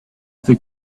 other